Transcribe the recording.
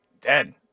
dead